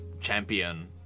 champion